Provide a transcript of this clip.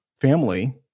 family